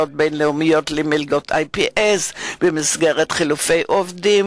הבין-לאומית למלגות IPS במסגרת חילופי עובדים,